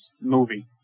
movie